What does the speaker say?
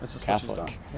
Catholic